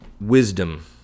wisdom